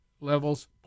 levels